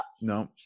no